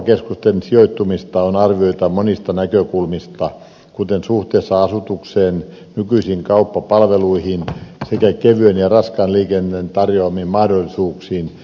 kauppakeskusten sijoittumista on arvioitava monista näkökulmista kuten suhteesta asutukseen nykyisiin kauppapalveluihin sekä kevyen ja raskaan liikenteen tarjoamiin mahdollisuuksiin